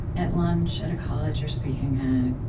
at lunch at a college you're speaking at,